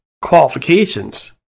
qualifications